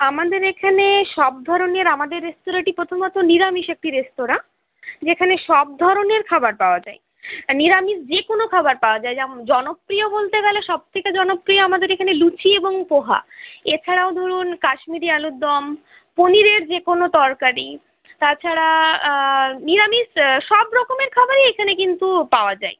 আমাদের এখানে সব ধরনের আমাদের রেস্তোরাঁটি প্রথমত নিরামিষ একটি রেস্তোরাঁ যেখানে সব ধরনের খাবার পাওয়া যায় নিরামিষ যে কোনো খাবার পাওয়া যায় যেমন জনপ্রিয় বলতে গেলে সব থেকে জনপ্রিয় আমাদের এখানে লুচি এবং পোহা এছাড়াও ধরুন কাশ্মীরি আলুরদম পনিরের যে কোনো তরকারি তাছাড়া নিরামিষ সব রকমের খাবারই এখানে কিন্তু পাওয়া যায়